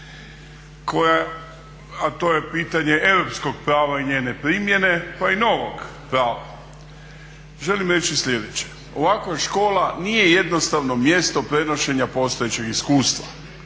a to je pitanje europskog prava i njene primjene, pa i novog prava. Želim reći sljedeće. Ovakva škola nije jednostavno mjesto prenošenja postojećeg iskustva,